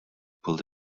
pulled